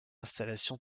installation